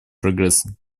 прогресса